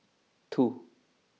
two